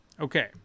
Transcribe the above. Okay